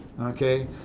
okay